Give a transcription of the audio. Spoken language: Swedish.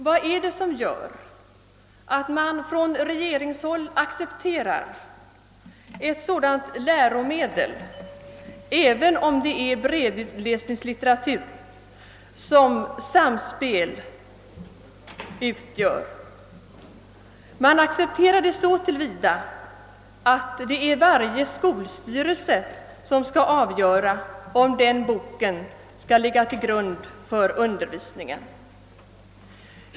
Vad är det som gör att man från regeringshåll accepterar ett sådant läromedel, även om det bara är bredvidläsningslitteratur, som »Samspel» utgör? Man accepterar detta så till vida att det är varje skolstyrelse som skall avgöra om den boken skall ligga till grund för undervisningen.